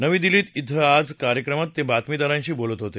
नवी दिल्लीत आज एका कार्यक्रमात ते बातमीदारांशी बोलत होते